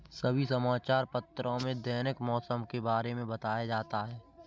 सभी समाचार पत्रों में दैनिक मौसम के बारे में बताया जाता है